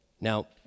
Now